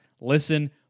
listen